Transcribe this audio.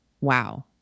Wow